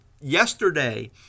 yesterday